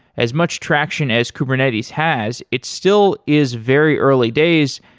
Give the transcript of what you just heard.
as much traction as kubernetes has, it still is very early days,